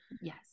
Yes